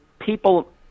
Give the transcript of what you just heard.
people –